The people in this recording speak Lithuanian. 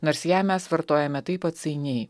nors ją mes vartojame taip atsainiai